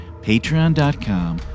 patreon.com